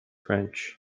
french